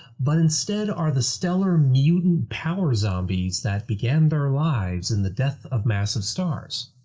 but instead are the stellar mutant power zombies that began their lives in the death of massive stars.